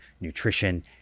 nutrition